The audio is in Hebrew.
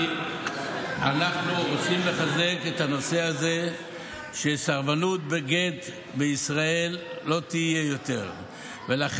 אנחנו רוצים לחזק את הנושא הזה כדי שסרבנות גט לא תהיה יותר בישראל.